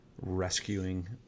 rescuing